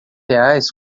reais